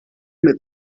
mit